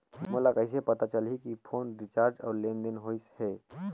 मोला कइसे पता चलही की फोन रिचार्ज और लेनदेन होइस हे?